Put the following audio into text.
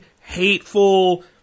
hateful